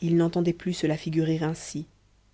il n'entendait plus se la figurer ainsi